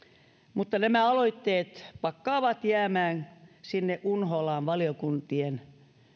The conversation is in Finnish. mutta nämä aloitteet pakkaavat jäämään unholaan sinne valiokuntien